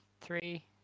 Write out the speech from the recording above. three